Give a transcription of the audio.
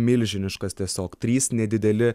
milžiniškas tiesiog trys nedideli